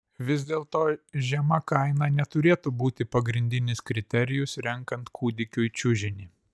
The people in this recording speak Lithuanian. vis dėlto žema kaina neturėtų būti pagrindinis kriterijus renkant kūdikiui čiužinį